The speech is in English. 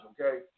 okay